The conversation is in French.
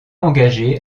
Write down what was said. engagé